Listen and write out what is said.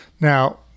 Now